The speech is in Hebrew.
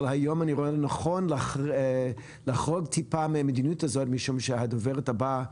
אבל היום אני רואה לנכון לחרוג טיפה מהמדיניות הזאת משום שהדוברת הבאה,